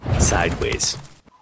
sideways